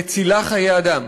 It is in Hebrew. מצילה חיי אדם.